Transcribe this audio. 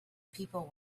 people